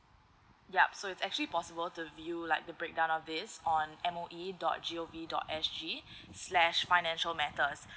yup so it's actually possible to view like the breakdown of this on M_O_E dot g o v dot s g slash financial matters